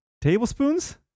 Tablespoons